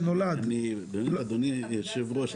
אדוני יושב הראש,